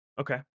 Okay